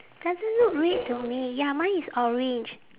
doesn't look red to me ya mine is orange